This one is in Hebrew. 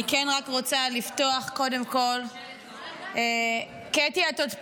אני כן רק רוצה לפתוח קודם כול, קטי, את עוד פה?